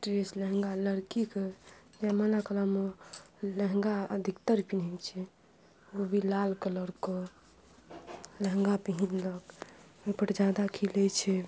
dress लहंगा लड़कीके जयमाला कालमे लहँगा अधिकतर पहिरै छै ओ भी लाल कलरके लहंगा पहिरलक ओहिपर जादा खिलै छै